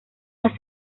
las